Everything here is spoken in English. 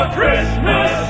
Christmas